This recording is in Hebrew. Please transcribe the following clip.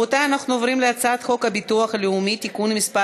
הבחירות לכנסת (תיקון מס'